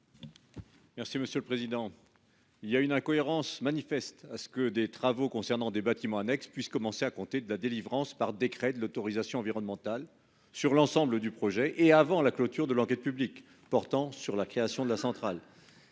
M. Daniel Salmon. Il y a une incohérence manifeste à ce que des travaux concernant des « bâtiments annexes » puissent commencer à compter de la délivrance par décret de l'autorisation environnementale sur l'ensemble du projet et avant la clôture de l'enquête publique portant sur la création de la centrale.